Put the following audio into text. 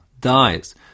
dies